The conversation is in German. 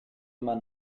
man